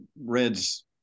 Reds